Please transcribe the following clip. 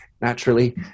naturally